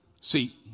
See